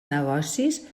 negocis